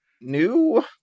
new